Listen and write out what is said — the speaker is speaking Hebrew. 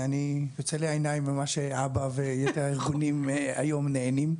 ואני יוצא לי העיניים ממה ש-א.ב.א ויתר הארגונים היום נהנים,